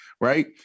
Right